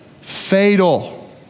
fatal